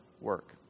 work